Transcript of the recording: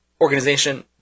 organization